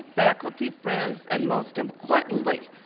faculty, friends, and most importantly,